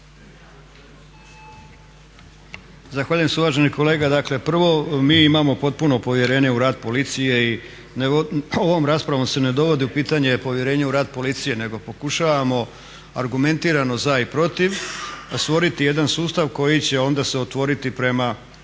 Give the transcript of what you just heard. Zahvaljujem se. Uvaženi kolega, dakle prvo, mi imamo potpuno povjerenje u rad policije i ovom raspravom se ne dovodi u pitanje povjerenje u rad policije nego pokušavamo argumentirano za i protiv stvoriti jedan sustav koji će onda se otvoriti prema